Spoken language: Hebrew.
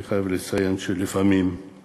אני חייב לציין שלפעמים יש